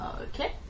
Okay